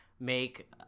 make